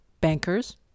bankers